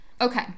okay